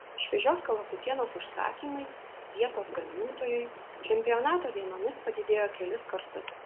šviežios kalakutienos užsakymai vietos gamintojui čempionato dienomis padidėjo kelis kartus